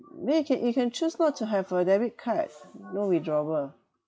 may~ you can you can choose not to have a debit card no withdrawal